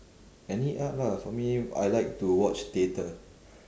any art lah for me I like to watch theatre